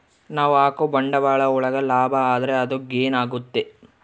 ನಾವ್ ಹಾಕೋ ಬಂಡವಾಳ ಒಳಗ ಲಾಭ ಆದ್ರೆ ಅದು ಗೇನ್ ಆಗುತ್ತೆ